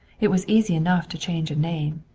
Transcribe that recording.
it was easy enough to change a name.